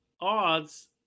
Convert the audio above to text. odds